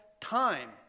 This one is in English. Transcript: time